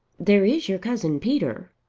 there is your cousin peter.